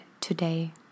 today